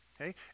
Okay